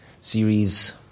series